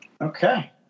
Okay